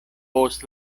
post